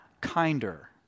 kinder